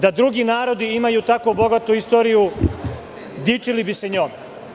Da drugi narodi imaju tako bogatu istoriju dičili bi se njom.